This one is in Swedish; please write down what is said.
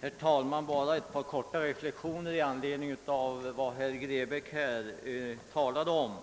Herr talman! Bara ett par korta reflexioner i anledning av vad herr Grebäck här talade om.